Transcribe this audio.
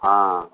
हँ